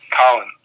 Colin